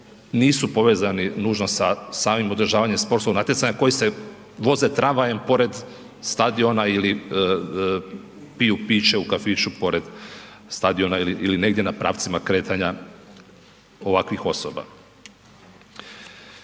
nisu povezani nužno sa samim održavanjem sportskog natjecanja koji se voze tramvajem pored stadiona ili piju piće u kafiću pored stadiona ili negdje na pravcima kretanja ovakvih osoba.